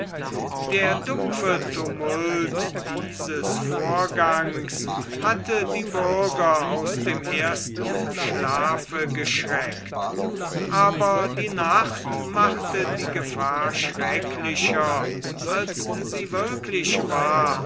der dumpfe tumult dieses vorgangs hatte die bürger aus dem ersten schlafe geschreckt aber die nacht machte die gefahr schrecklicher als sie wirklich war